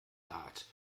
bart